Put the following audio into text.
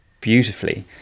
beautifully